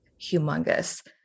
humongous